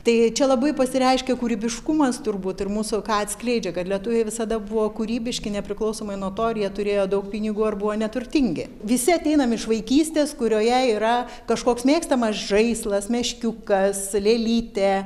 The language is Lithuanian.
tai čia labai pasireiškia kūrybiškumas turbūt ir mūsų ką atskleidžia kad lietuviai visada buvo kūrybiški nepriklausomai nuo to ar jie turėjo daug pinigų ar buvo neturtingi visi ateinam iš vaikystės kurioje yra kažkoks mėgstamas žaislas meškiukas lėlytė